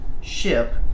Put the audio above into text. ship